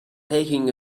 taking